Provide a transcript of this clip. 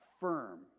firm